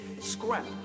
scrap